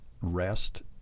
rest